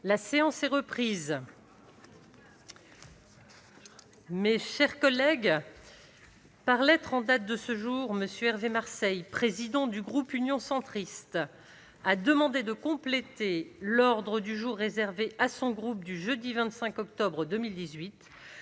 La séance est reprise. Mes chers collègues, par lettre en date de ce jour, M. Hervé Marseille, président du groupe Union Centriste, a demandé de compléter l'ordre du jour réservé à son groupe du jeudi 25 octobre 2018